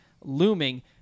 looming